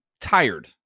tired